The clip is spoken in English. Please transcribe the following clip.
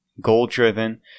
goal-driven